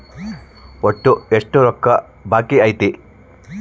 ಒಟ್ಟು ಎಷ್ಟು ರೊಕ್ಕ ಬಾಕಿ ಐತಿ?